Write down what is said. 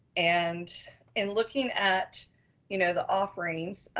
and in looking at you know the offerings,